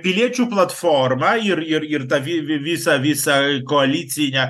piliečių platformą ir ir ir tą vi visą visą koalicinę